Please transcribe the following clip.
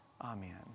Amen